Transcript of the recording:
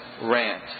rant